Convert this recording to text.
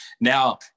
Now